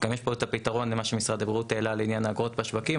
גם יש פה את הפתרון למה שמשרד הבריאות העלה לעניין האגרות בשווקים.